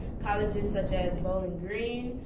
colleges such as bowling green,